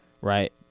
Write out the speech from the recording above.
right